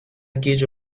گیج